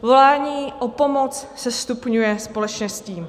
Volání o pomoc se stupňuje společně s tím.